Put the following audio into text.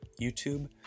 YouTube